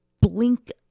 blink